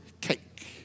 cake